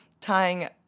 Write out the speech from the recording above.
tying